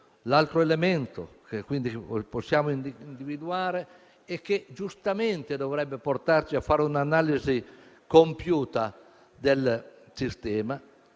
L'altro elemento che possiamo individuare, e che giustamente dovrebbe portarci a fare un'analisi compiuta del sistema,